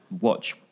watch